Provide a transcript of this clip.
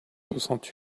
soixante